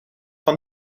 van